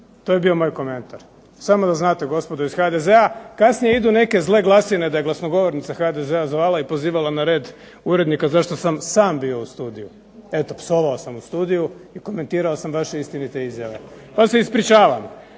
To je bio moj komentar. Samo da znate gospodo iz HDZ-a. kasnije idu neke zle glasine da je glasnogovornica iz HDZ-a zvala i da je pozivala na red urednika zašto sam sam bio u studiju. Eto psovao sam u studiju i komentirao sam vaše istinite izjave. Pa se ispričavam.